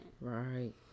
Right